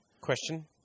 Question